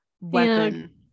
weapon